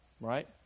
right